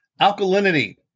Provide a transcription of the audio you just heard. Alkalinity